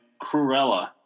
Cruella